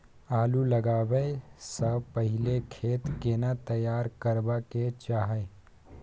आलू लगाबै स पहिले खेत केना तैयार करबा के चाहय?